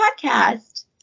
Podcast